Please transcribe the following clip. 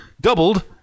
Doubled